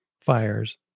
fires